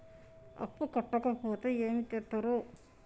అప్పు కట్టకపోతే ఏమి చేత్తరు?